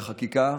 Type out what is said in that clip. בחקיקה,